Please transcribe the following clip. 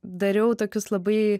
dariau tokius labai